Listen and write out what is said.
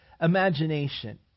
imagination